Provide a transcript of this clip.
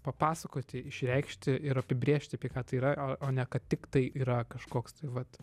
papasakoti išreikšti ir apibrėžti apie ką tai yra o o ne kad tiktai yra kažkoks tai vat